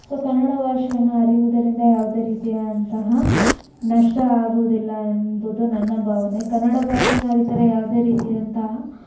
so Kannada ಭಾಷೆಯನ್ನು ಅರಿಯುವುದರಿಂದ ಯಾವುದೇ ರೀತಿಯಾದಂತಹ ನಷ್ಟ ಆಗುವುದಿಲ್ಲ ಎಂಬುದು ನನ್ನ ಭಾವನೆ ಕನ್ನಡ ಭಾಷೇನ ಅರಿತರೆ ಯಾವುದೇ ರೀತಿಯಾದಂಥ